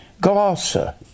glossa